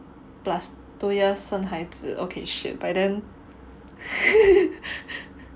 plus two years 生孩子 okay shit by then